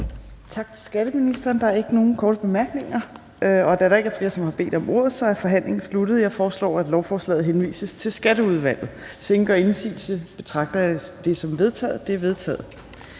Tak til skatteministeren. Der er ikke nogen korte bemærkninger. Da der ikke er flere, som har bedt om ordet, er forhandlingen sluttet. Jeg foreslår, at lovforslaget henvises til Skatteudvalget. Hvis ingen gør indsigelse, betragter jeg det som vedtaget. Det er vedtaget.